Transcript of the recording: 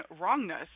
wrongness